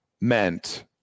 meant